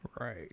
Right